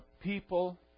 people